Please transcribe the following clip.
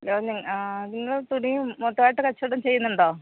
hello നിങ്ങൾ നിങ്ങൾ തുണീം മൊത്തമായിട്ട് കച്ചവടം ചെയ്യുന്നുണ്ടോ